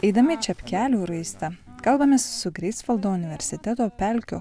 eidami čepkelių raiste kalbamės su greifsvaldo universiteto pelkių